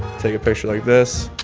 take a picture like this,